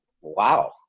wow